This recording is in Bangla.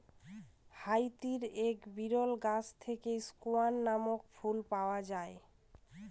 হাইতির এক বিরল গাছ থেকে স্কোয়ান নামক ফুল পাওয়া যায়